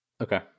Okay